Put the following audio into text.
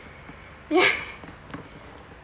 ya